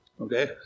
okay